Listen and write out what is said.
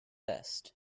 vest